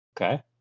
Okay